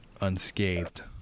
unscathed